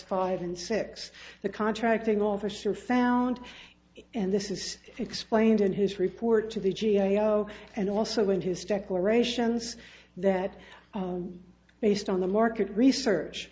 five and six the contracting officer found and this is explained in his report to the g a o and also in his declarations that based on the market research